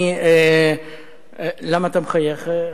למה אתה מחייך?